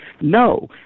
No